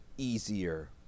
easier